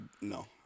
No